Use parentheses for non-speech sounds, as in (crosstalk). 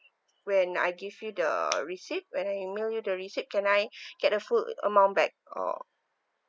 when I give you the receipt when I email you the receipt can I (breath) get the full amount back or